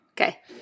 Okay